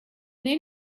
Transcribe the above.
then